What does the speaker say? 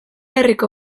herriko